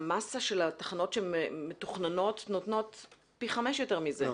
המסה של התחנות שמתוכננות נותנות פי חמש יותר מזה.